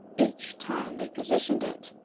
each time they positioned it,